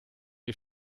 die